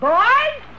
Boys